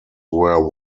were